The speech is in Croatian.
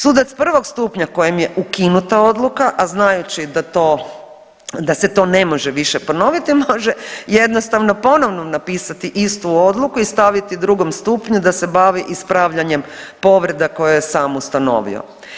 Sudac prvog stupnja kojem je ukinuta odluka, a znajući da to, da se to ne može više ponoviti može jednostavno ponovno napisati istu odluku i staviti drugom stupnju da se bavi ispravljanjem povreda koje je sam ustanovio.